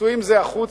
צאו עם זה החוצה,